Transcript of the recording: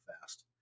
fast